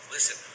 Listen